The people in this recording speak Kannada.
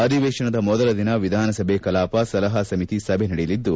ಅಧಿವೇಶನದ ಮೊದಲ ದಿನ ವಿಧಾನಸಭೆ ಕಲಾಪ ಸಲಹಾ ಸಮಿತಿ ಸಭೆ ನಡೆಯಲಿದ್ದು